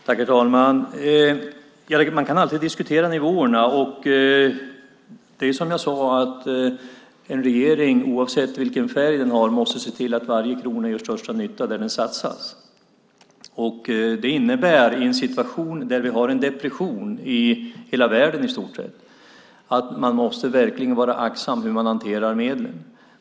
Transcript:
Herr talman! Man kan alltid diskutera nivåerna. Oavsett vilken färg en regering har måste den se till att varje krona gör största nytta där den satsas. Det innebär i en situation med en depression över i stort sett hela världen att man verkligen måste vara aktsam med hur man hanterar medlen.